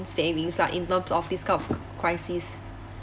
savings ah in terms of this kind of crisis